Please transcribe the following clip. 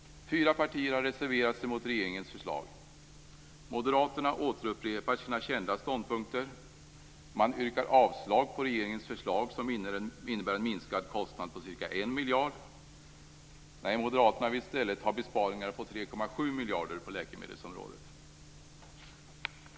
Fyra partier har reserverat sig mot förslaget. Moderaterna återupprepar sina kända ståndpunkter. De yrkar avslag på regeringens förslag, som innebär en kostnadsminskning med ca 1 miljard. Moderaterna vill i stället har besparingar på 3,7 miljarder på läkemedelsområdet.